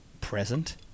present